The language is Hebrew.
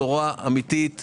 בשורה אמיתית וחשובה.